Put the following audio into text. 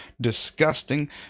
disgusting